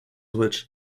which